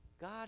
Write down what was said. God